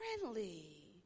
friendly